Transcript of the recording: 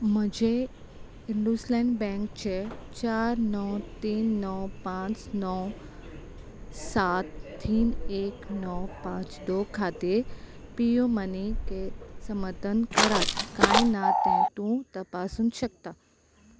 म्हजें इंडस्लँड बँकचें चार णव तीन णव पांच णव सात तीन एक णव पांच दोन खातें पेयू मनी के समर्थन करात कांय ना तें तूं तपासूंक शकता